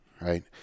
right